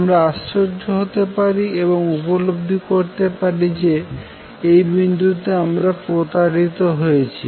আমরা আশ্চর্য হতে পারি এবং উপলব্ধি করতে পারি যে এই বিন্দুতে আমরা প্রতারিত হয়েছি